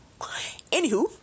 anywho